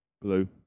Blue